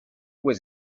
was